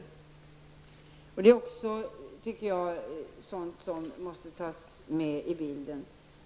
Detta måste enligt min uppfattning också tas med i bilden.